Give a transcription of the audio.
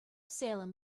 salem